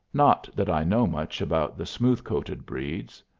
not that i know much about the smooth-coated breeds.